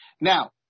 now